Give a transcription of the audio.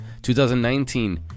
2019